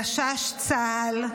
גשש צה"ל,